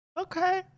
okay